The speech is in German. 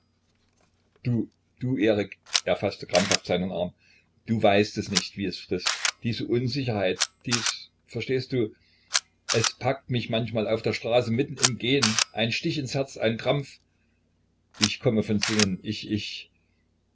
du du erik er faßte krampfhaft seinen arm du weißt es nicht wie es frißt diese unsicherheit dies verstehst du es packt mich manchmal auf der straße mitten im gehen ein stich ins herz ein krampf ich komme von sinnen ich ich